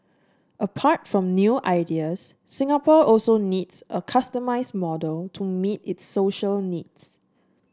apart from new ideas Singapore also needs a customised model to meet its social needs